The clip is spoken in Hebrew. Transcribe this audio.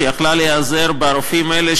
שיכלה להיעזר ברופאים האלה,